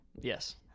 Yes